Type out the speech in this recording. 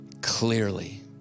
clearly